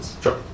sure